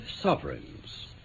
sovereigns